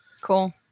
Cool